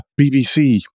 bbc